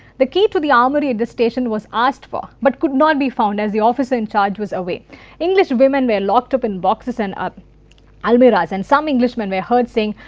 the key to the armoury at the station was asked for, but could not be found as the officer in charge was away. english women were locked up in boxes and almirahs and some english men were heard saying,